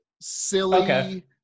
silly